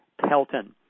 Pelton